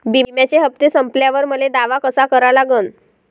बिम्याचे हप्ते संपल्यावर मले दावा कसा करा लागन?